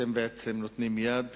אתם בעצם נותנים יד